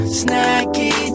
snacky